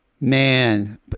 Man